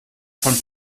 von